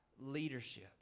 leadership